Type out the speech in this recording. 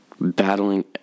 battling